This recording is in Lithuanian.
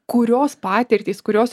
kurios patirtys kurios